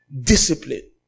Discipline